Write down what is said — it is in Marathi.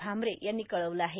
भामरे यांनी कळविलं आहे